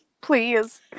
Please